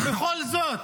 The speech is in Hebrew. ובכל זאת